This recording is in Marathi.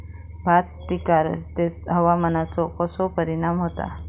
भात पिकांर हवामानाचो कसो परिणाम होता?